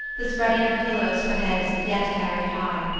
the spreading of pillows for heads yet carried high.